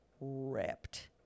ripped